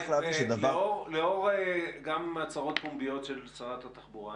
לאור הצהרות פומביות של שרת התחבורה,